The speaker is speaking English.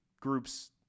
groups